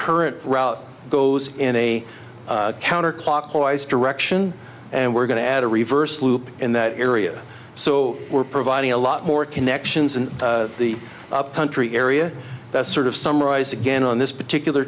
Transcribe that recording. current route goes in a counter clockwise direction and we're going to add a reverse loop in that area so we're providing a lot more connections in the country area that's sort of summarize again on this particular